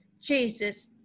Jesus